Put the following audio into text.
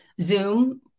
Zoom